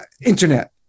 internet